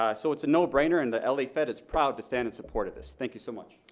ah so it's a no brainer, and the l a. fed is proud to stand in support of this. thank you so much.